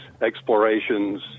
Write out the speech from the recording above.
explorations